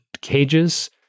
cages